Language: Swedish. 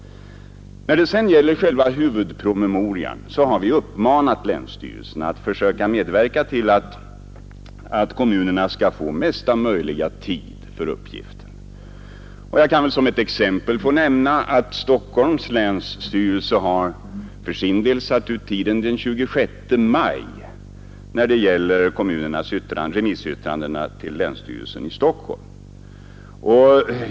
När det gäller själva huvudpromemorian har vi uppmanat länsstyrelserna att försöka medverka till att kommunerna skall få mesta möjliga tid för uppgiften. Jag kan som ett exempel nämna att Stockholms länsstyrelse för sin del har utsträckt tiden till den 26 maj när det gäller kommunernas remissyttranden till länsstyrelsen i Stockholm.